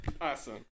Awesome